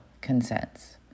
consents